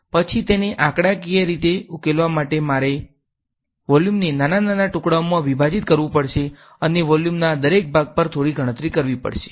પછી તેને આંકડાકીય રીતે ઉકેલવા માટે મારે વોલ્યુમને નાના નાના ટુકડાઓમાં વિભાજીત કરવું પડશે અને વોલ્યુમના દરેક ભાગ પર થોડી ગણતરી કરવી પડશે